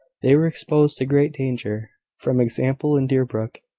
they were exposed to great danger from example in deerbrook,